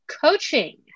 coaching